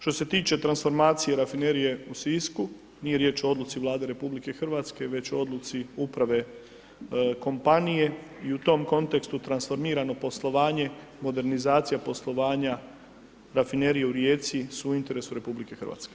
Što se tiče transformacije rafinerije u Sisku, nije riječ o odluci Vlade RH već o odluci uprave kompanije i u tom kontekstu transformirano poslovanje, modernizacija poslovanja rafinerije u Rijeci su u interesu RH.